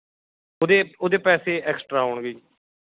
ਉਹਦੇ ਉਹਦੇ ਪੈਸੇ ਐਕਸਟ੍ਰਾ ਹੋਣਗੇ ਜੀ